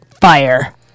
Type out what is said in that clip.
fire